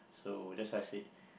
so that's why I said